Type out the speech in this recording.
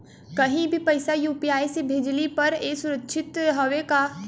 कहि भी पैसा यू.पी.आई से भेजली पर ए सुरक्षित हवे का?